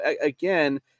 again